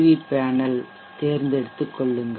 we panel தேர்ந்ததெடுத்துக் கொள்ளுங்கள்